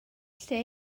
lle